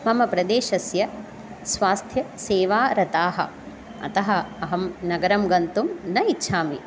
मम प्रदेशस्य स्वास्थ्य सेवारताः अतः अहं नगरं गन्तुं न इच्छामि